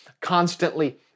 constantly